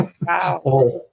Wow